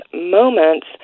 moments